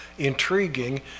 Intriguing